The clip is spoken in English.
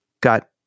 got